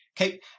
Okay